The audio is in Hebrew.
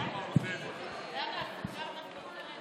הכותרת של הדברים שאני רוצה להגיד